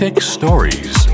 stories